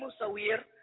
musawir